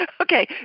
Okay